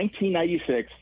1996